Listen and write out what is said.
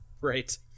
Right